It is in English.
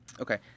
Okay